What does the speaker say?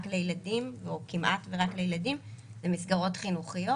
לילדים או כמעט ורק לילדים זה מסגרות חינוכיות.